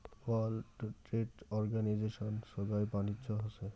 world trade অর্গানিজশনে সোগাই বাণিজ্য হসে